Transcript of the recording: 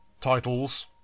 Titles